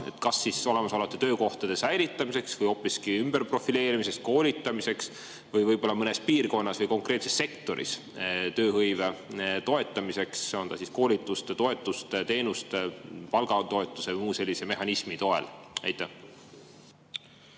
oleks kas olemasolevate töökohtade säilitamiseks või hoopiski ümberprofileerimiseks, koolitamiseks või võib-olla mõnes piirkonnas või konkreetses sektoris tööhõive toetamiseks, on ta koolituste, toetuste, teenuste, palgatoetuse või muu sellise mehhanismi abil.